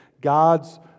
God's